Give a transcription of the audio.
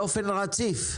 באופן רציף.